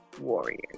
warriors